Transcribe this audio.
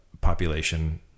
population